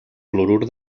clorur